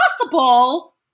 possible